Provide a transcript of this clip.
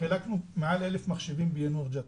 למשל, חילקנו יותר מאלף מחשבים ביאנוח-ג'ת.